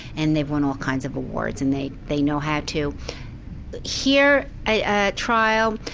and they've won all kind of awards, and they they know how to hear a ah trial,